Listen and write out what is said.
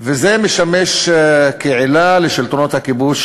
וזה משמש עילה לשלטונות הכיבוש